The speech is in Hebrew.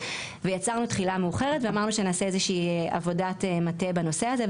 ויצרנו תחילה מאוחרת ואמרנו שנעשה איזושהי עבודת מטה בנושא הזה,